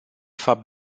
fapt